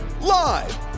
Live